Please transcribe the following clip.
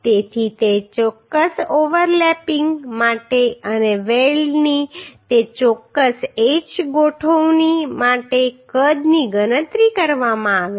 તેથી તે ચોક્કસ ઓવરલેપિંગ માટે અને વેલ્ડની તે ચોક્કસ h ગોઠવણી માટે કદની ગણતરી કરવામાં આવે છે